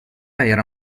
era